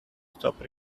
stop